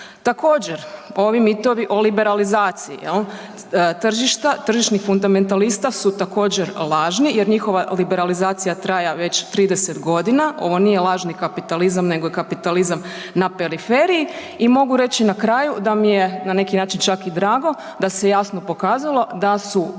Također, ovi mitovi o liberalizaciji jel', tržišta, tržišnih fundamentalista su također lažni jer njihova liberalizacija traje već 30 g., ovo nije lažni kapitalizam nego je kapitalizam na periferiji i mogu reći na kraju da mi je na neki način čak i drago da se jasno pokazalo da su